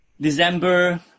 December